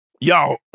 y'all